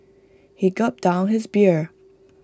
he gulped down his beer